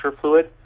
fluid